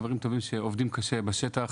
חברים טובים שעובדים קשה בשטח